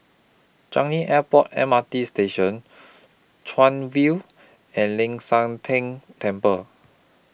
Changi Airport M R T Station Chuan View and Ling San Teng Temple